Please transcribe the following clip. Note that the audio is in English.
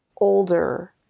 older